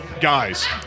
guys